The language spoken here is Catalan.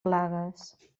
plagues